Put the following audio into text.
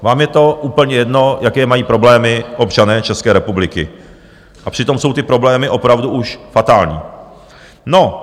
Vám je to úplně jedno, jaké mají problémy občané České republiky, přitom jsou ty problémy opravdu už fatální.